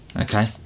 Okay